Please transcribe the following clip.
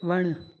वणु